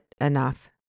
enough